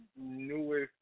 newest